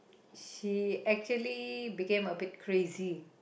she actually became a bit crazy